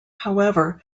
however